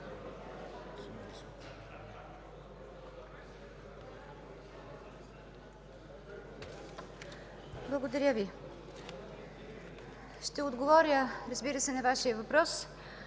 Благодаря Ви. Ще отговаря, разбира се, на Вашия въпрос,